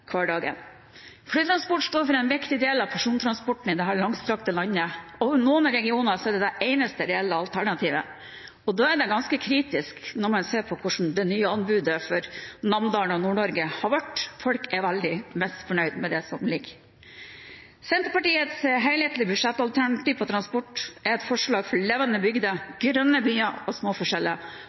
Flytransport står for en viktig del av persontransporten i dette langstrakte landet. I noen regioner er dette det eneste reelle alternativet, og da er det ganske kritisk når man ser på hvordan det nye anbudet for Namdalen og Nord-Norge har blitt. Folk er veldig misfornøyd med det som foreligger. Senterpartiets helhetlige budsjettalternativ for transport er et forslag for levende bygder, grønne byer og små forskjeller.